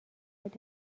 خود